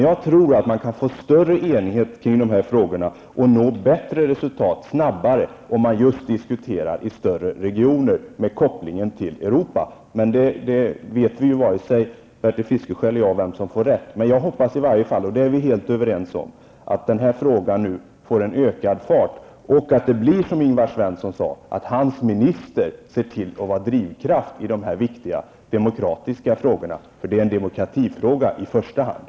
Jag tror att man kan få större enighet kring dessa frågor och snabbare nå bättre resultat om man diskuterar större regioner med en koppling till Europa. Varken Bertil Fiskesjö eller jag vet vem som får rätt. Men jag hoppas i varje fall, och det är vi helt överens om, att behandlingen av frågan tar fart och att det blir som Ingvar Svensson sade, nämligen att hans minister blir en drivkraft i dessa viktiga demokratiska frågor. Det är i första hand en demokratifråga.